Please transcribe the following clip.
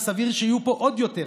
וסביר שיהיו פה עוד יותר,